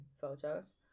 photos